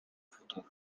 futur